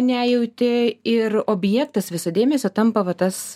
nejauti ir objektas viso dėmesio tampa va tas